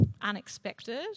unexpected